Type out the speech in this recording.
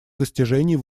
достижений